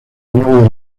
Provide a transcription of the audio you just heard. nave